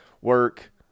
work